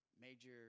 major